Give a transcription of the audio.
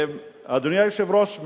אדוני היושב-ראש,